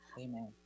Amen